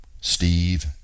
Steve